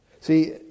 See